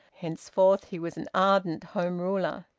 henceforward he was an ardent home ruler.